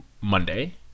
Monday